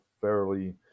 fairly